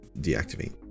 deactivate